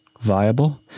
viable